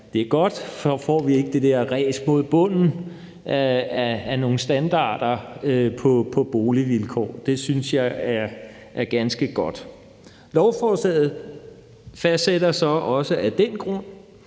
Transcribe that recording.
her er godt, for så får vi ikke det der ræs mod bunden i forhold til standarden på boligvilkår. Det synes jeg er ganske godt. Lovforslaget fastsætter så også af den grund